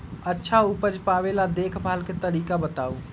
अच्छा उपज पावेला देखभाल के तरीका बताऊ?